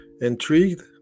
Intrigued